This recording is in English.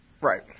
Right